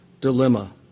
dilemma